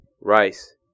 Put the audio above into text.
Rice